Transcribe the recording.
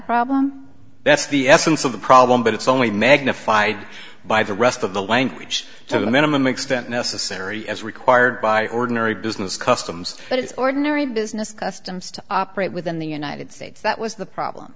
problem that's the essence of the problem but it's only magnified by the rest of the language to the minimum extent necessary as required by ordinary business customs but it's ordinary business customs to operate within the united states that was the problem